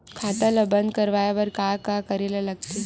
खाता ला बंद करवाय बार का करे ला लगथे?